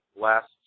last